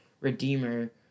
Redeemer